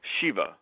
Shiva